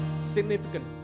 significant